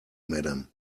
madam